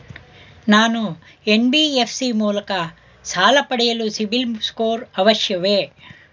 ನಾನು ಎನ್.ಬಿ.ಎಫ್.ಸಿ ಮೂಲಕ ಸಾಲ ಪಡೆಯಲು ಸಿಬಿಲ್ ಸ್ಕೋರ್ ಅವಶ್ಯವೇ?